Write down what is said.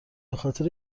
بخاطر